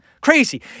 Crazy